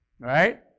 Right